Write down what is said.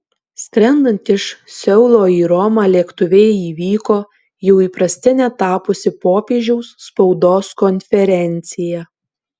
skrendant iš seulo į romą lėktuve įvyko jau įprastine tapusi popiežiaus spaudos konferencija